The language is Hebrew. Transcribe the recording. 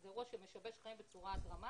זה אירוע שמשבש חיים בצורה דרמטית.